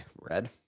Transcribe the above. red